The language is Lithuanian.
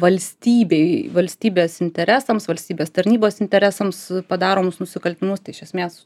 valstybei valstybės interesams valstybės tarnybos interesams padaromus nusikaltimus tai iš esmės